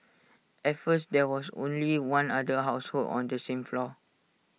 at first there was only one other household on the same floor